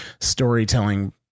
storytelling